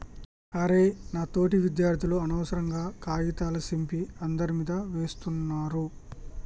అరె నా తోటి విద్యార్థులు అనవసరంగా కాగితాల సింపి అందరి మీదా వేస్తున్నారు